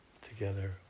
together